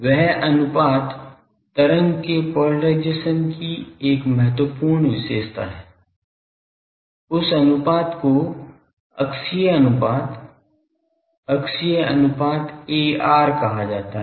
वह अनुपात तरंग के पोलराइजेशन की एक महत्वपूर्ण विशेषता है उस अनुपात को अक्षीय अनुपात अक्षीय अनुपात AR कहा जाता है